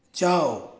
जाओ